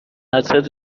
حسرت